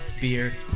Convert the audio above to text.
Beer